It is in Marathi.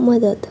मदत